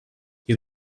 you